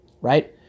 right